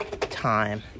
time